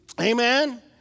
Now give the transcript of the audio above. Amen